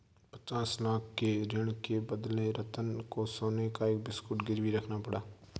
पचास लाख के ऋण के बदले रतन को सोने का बिस्कुट गिरवी रखना पड़ा